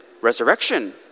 resurrection